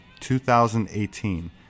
2018